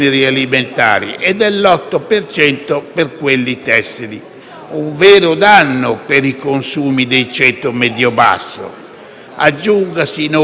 un vero danno per i consumi del ceto medio-basso. Aggiungasi inoltre che il Regno Unito, ulteriore posta negativa,